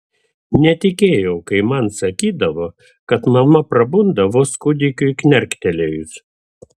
netikėjau kai man sakydavo kad mama prabunda vos kūdikiui knerktelėjus